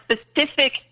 specific